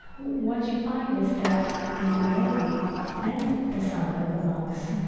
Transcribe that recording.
what you find is that the laity and the sangha, the monks,